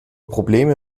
probleme